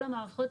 כל המערכות